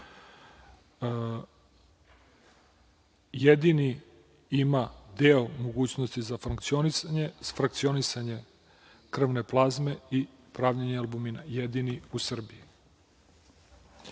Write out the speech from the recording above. Jedini ima deo mogućnosti za frankcionisanje krvne plazme i pravljenje albumina, jedini u Srbiji.